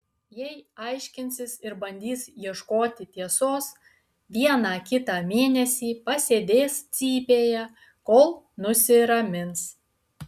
jei aiškinsis ir bandys ieškoti tiesos vieną kitą mėnesį pasėdės cypėje kol nusiramins